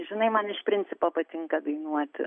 žinai man iš principo patinka dainuoti